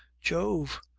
jove!